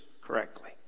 correctly